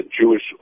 Jewish